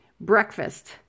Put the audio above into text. breakfast